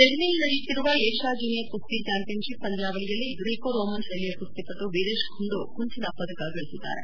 ದೆಹಲಿಯಲ್ಲಿ ನಡೆಯುತ್ತಿರುವ Asia junior ಕುಸ್ತಿ ಚಾಂಪಿಯನ್ಶಿಪ್ ಪಂದ್ವಾವಳಿಯಲ್ಲಿ ಗ್ರೀಕೊ ರೋಮನ್ ಶೈಲಿಯ ಕುಸ್ತಿಪಟು ವೀರೇಶ್ ಖುಂಡೊ ಕಂಚನ ಪದಕ ಗಳಿಸಿದ್ದಾರೆ